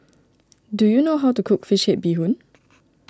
do you know how to cook Fish Head Bee Hoon